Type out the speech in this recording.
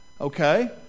okay